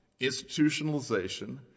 institutionalization